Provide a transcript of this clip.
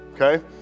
okay